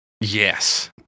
Yes